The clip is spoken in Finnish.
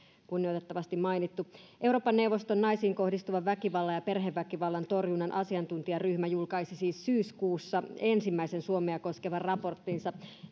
kunnioitettavasti mainittu euroopan neuvoston naisiin kohdistuvan väkivallan ja perheväkivallan torjunnan asiantuntijaryhmä julkaisi siis syyskuussa ensimmäisen suomea koskevan raporttinsa